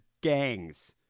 gangs